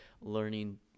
learning